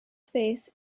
face